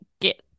get